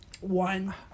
One